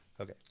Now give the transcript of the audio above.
Okay